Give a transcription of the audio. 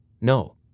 No